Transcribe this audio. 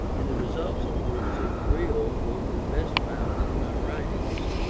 and the results of which, if real, will be best found in my writings.